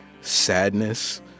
sadness